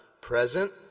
present